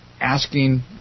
asking